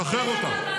-- שחרר אותם.